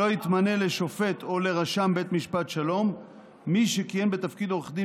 3. שלא יתמנה לשופט או לרשם בית משפט שלום מי שכיהן בתפקיד עורך דין